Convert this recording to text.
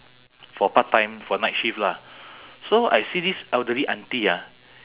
for part-time for night shift lah so I see this elderly auntie ah